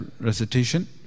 recitation